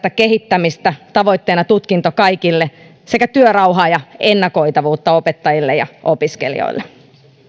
kehittämistä tavoitteena tutkinto kaikille sekä työrauhaa ja ennakoitavuutta opettajille ja opiskelijoille